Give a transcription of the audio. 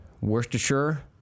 Worcestershire